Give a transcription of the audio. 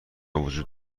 وجود